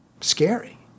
scary